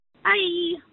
Hi